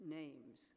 names